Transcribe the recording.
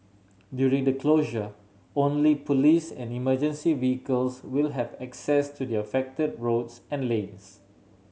during the closure only police and emergency vehicles will have access to the affected roads and lanes